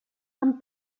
amb